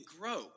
grow